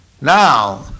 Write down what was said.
Now